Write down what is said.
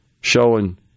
showing